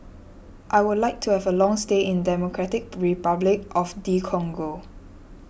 I would like to have a long stay in Democratic Republic of the Congo